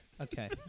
Okay